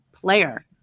player